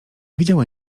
widziały